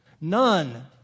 None